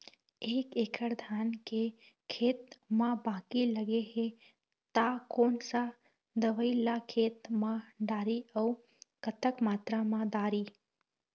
एक एकड़ धान के खेत मा बाकी लगे हे ता कोन सा दवई ला खेत मा डारी अऊ कतक मात्रा मा दारी?